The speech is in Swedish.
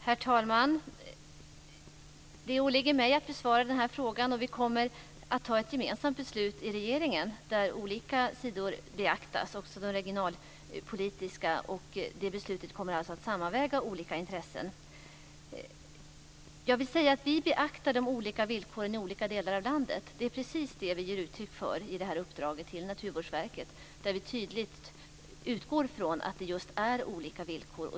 Herr talman! Det åligger mig att besvara frågan. Vi kommer att fatta ett gemensamt beslut i regeringen. Olika sidor kommer att beaktas - även regionalpolitiska. Det beslutet kommer att sammanväga olika intressen. Vi beaktar de olika villkoren i olika delar av landet. Det är precis det vi ger uttryck för i uppdraget till Naturvårdsverket. Vi utgår tydligt från att det är olika villkor.